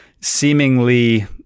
seemingly